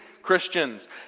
Christians